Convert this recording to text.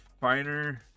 finer